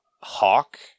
Hawk